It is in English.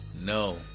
No